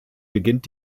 beginnt